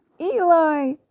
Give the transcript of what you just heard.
Eli